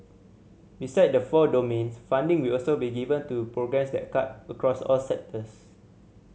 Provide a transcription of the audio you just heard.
besides the four domains funding will also be given to programmes that cut across all sectors